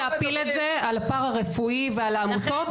להפיל את זה על הפרא רפואי ועל העמותות.